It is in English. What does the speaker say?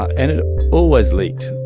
and it always leaked.